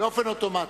באופן אוטומטי.